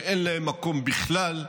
שאין להם מקום בכלל,